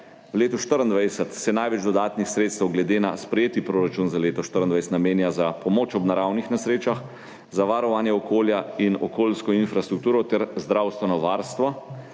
V letu 2024 se največ dodatnih sredstev glede na sprejeti proračun za leto 2024 namenja za pomoč ob naravnih nesrečah, za varovanje okolja in okoljsko infrastrukturo ter zdravstveno varstvo,